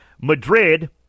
Madrid